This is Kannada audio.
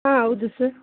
ಆಂ ಹೌದು ಸರ್